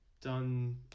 done